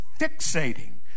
fixating